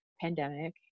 pandemic